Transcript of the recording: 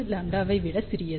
5λ ஐ விட சிறியது